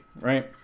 right